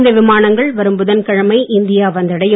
இந்த விமானங்கள் வரும் புதன்கிழமை இந்தியா வந்தடையும்